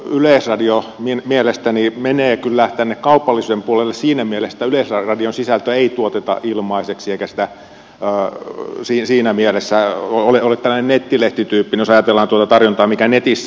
yleisradio mielestäni menee kyllä tänne kaupallisuuden puolelle siinä mielessä että yleisradion sisältöä ei tuoteta ilmaiseksi eikä se siinä mielessä ole tällainen nettilehtityyppinen jos ajatellaan tuota tarjontaa mikä netissä on